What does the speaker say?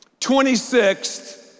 26th